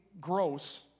gross